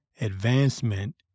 advancement